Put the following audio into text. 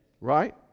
right